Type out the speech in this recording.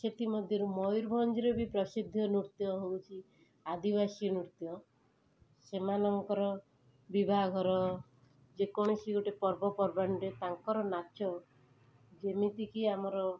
ସେଥିମଧ୍ୟରୁ ମୟୂରଭଞ୍ଜରେ ବି ପ୍ରସିଦ୍ଧ ନୃତ୍ୟ ହେଉଛି ଆଦିବାସୀ ନୃତ୍ୟ ସେମାନଙ୍କର ବିବାହଘର ଯେକୌଣସି ଗୋଟେ ପର୍ବପର୍ବାଣୀରେ ତାଙ୍କର ନାଚ ଯେମିତିକି ଆମର